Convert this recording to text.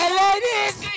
ladies